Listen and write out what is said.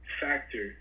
factor